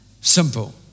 Simple